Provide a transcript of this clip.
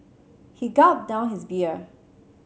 he gulped down his beer